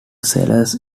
sellers